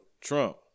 Trump